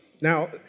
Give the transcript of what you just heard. Now